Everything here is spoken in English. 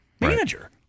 Manager